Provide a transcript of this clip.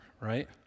right